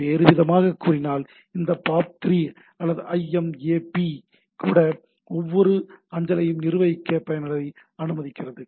வேறுவிதமாகக் கூறினால் இந்த POP3 அல்லது IMAP கூட ஒவ்வொரு அஞ்சலையும் நிர்வகிக்க பயனரை அனுமதிக்கிறது